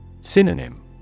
Synonym